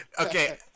Okay